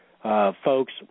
Folks